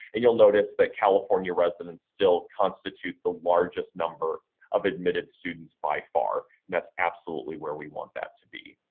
and you'll notice that california residents still constitute the largest number of admitted students by far, and that's absolutely where we want that to be.